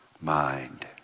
mind